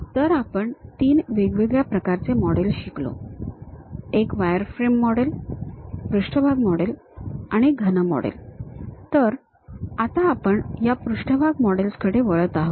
तर आपण तीन वेगवेगळ्या प्रकारचे मॉडेल शिकलो एक वायरफ्रेम मॉडेल पृष्ठभाग मॉडेल आणि घन मॉडेल तर आता आपण या पृष्ठभाग मॉडेल्स कडे वळत आहोत